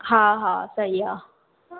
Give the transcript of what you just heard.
हा हा सही आहे